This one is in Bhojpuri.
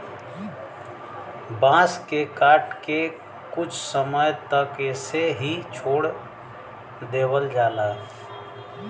बांस के काट के कुछ समय तक ऐसे ही छोड़ देवल जाला